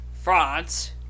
France